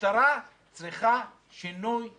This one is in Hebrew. המשטרה צריכה שינוי מהיסוד.